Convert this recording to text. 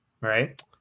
Right